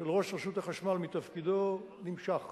של ראש רשות החשמל מתפקידו נמשך.